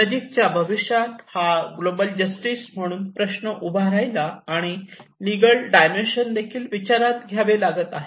नजीकच्या भविष्यात हा ग्लोबल जस्टीस म्हणून प्रश्न उभा राहिला आणि लीगल डायमेन्शन देखील विचारात घ्यावे लागत आहे